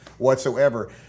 Whatsoever